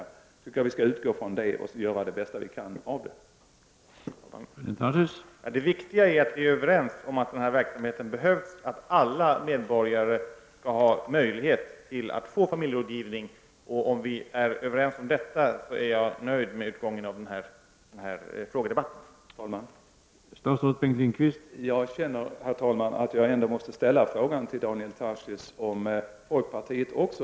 Jag tycker att vi skall utgå ifrån detta och göra det bästa vi kan av det här förslaget.